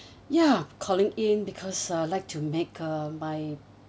ya calling in because I'd like to make uh my